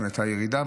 ב-2022 הייתה ירידה.